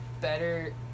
better